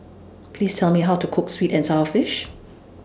Please Tell Me How to Cook Sweet and Sour Fish